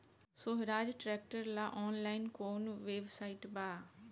सोहराज tractor ला online कोउन website बा?